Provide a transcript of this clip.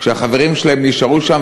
כשהחברים שלהם נשארו שם.